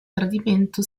tradimento